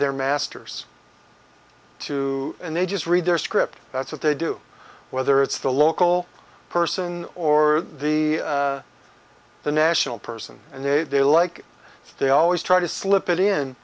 their masters too and they just read their script that's what they do whether it's the local person or the the national person and they they like they always try to slip it